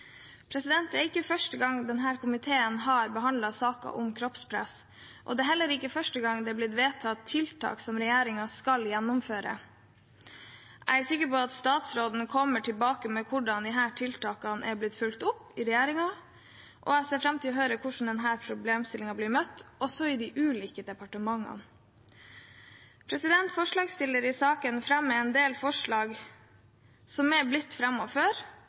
kroppspress. Det er ikke første gang denne komiteen har behandlet saker om kroppspress, og det er heller ikke første gang det blir vedtatt tiltak som regjeringen skal gjennomføre. Jeg er sikker på at statsråden kommer tilbake med hvordan disse tiltakene er blitt fulgt opp av regjeringen, og jeg ser fram til å høre hvordan denne problemstillingen blir møtt også i de ulike departementene. Forslagsstilleren i saken fremmer en del forslag som er blitt